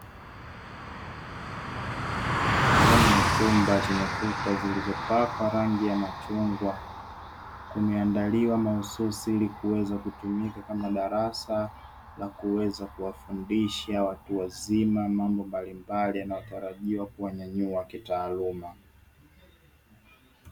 Ndani ya chumba chenye kuta zilizopakwa rangi ya machungwa kumeandaliwa mahususi ili kuweza kutumika kama darasa la kuweza kuwafundisha watu wazima mambo mbalimbali yanayotarajiwa kuwanyanyua kitaaluma.